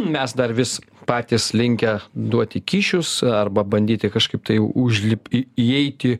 mes dar vis patys linkę duoti kyšius arba bandyti kažkaip tai užlip įeiti